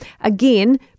Again